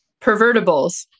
Pervertibles